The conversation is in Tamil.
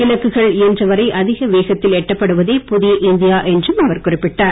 இலக்குகள் இயன்றவரை அதிக வேகத்தில் எட்டப்படுவதே புதிய இந்தியா என்றும் அவர் குறிப்பிட்டார்